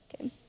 okay